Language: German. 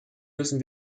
müssen